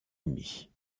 ennemie